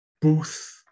booth